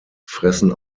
fressen